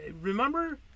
Remember